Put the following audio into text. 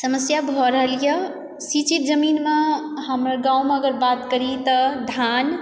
समस्या भऽ रहलए सिञ्चित जमीनमे हमर गाँवमे अगर बात करी तऽ धान